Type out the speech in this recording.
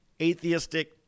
atheistic